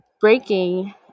breaking